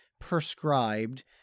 prescribed